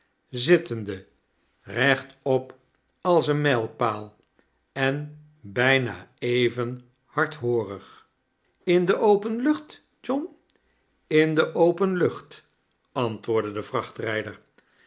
zittemde eechtop als een mijlpaal en bijna even hardhoorig in de open lucht john in de open lucht antwoordde de